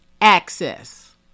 access